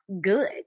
good